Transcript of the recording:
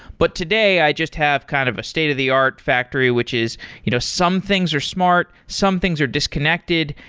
but today i just have kind of a state of the art factory, which is you know some things are smart, some things are disconnected.